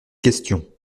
question